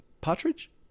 Partridge